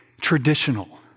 traditional